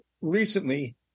recently